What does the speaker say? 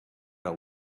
know